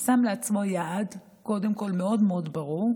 הוא שם לעצמו קודם כול יעד מאוד מאוד ברור,